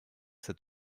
cet